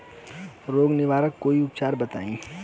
रोग निवारन कोई उपचार बताई?